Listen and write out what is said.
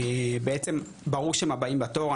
בעצם ברור שהם הבאים בתור,